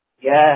Yes